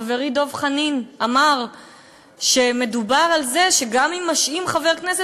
חברי דב חנין אמר שמדובר על זה שגם אם משעים חבר כנסת,